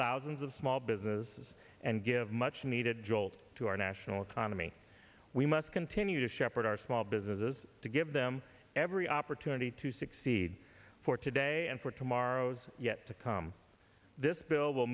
thousands of small businesses and give much needed jolt to our national economy we must continue to shepherd our small businesses to give them every opportunity to succeed for today and for tomorrow's yet to come this bill will